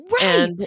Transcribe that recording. Right